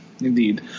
indeed